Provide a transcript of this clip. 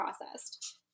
processed